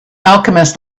alchemist